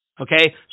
Okay